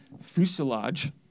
fuselage